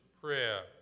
prayer